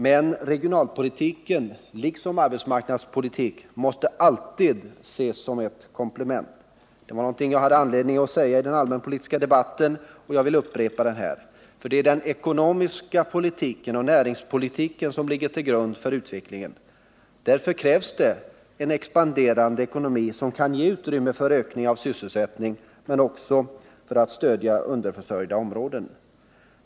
Men regionalpolitiken, liksom arbetsmarknadspolitiken, måste alltid ses som ett komplement. Det var någonting som jag hade anledning att säga i den allmänpolitiska debatten, och jag upprepar det här: Det är den ekonomiska politiken och näringspolitiken som ligger till grund för utvecklingen. Därför krävs det en expanderande ekonomi, som kan ge utrymme för ökning av sysselsättning, men också för att stödja underförsörjda områden.